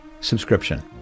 subscription